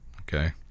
okay